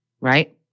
right